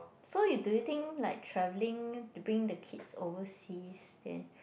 so you do you think like traveling to bring the kids overseas then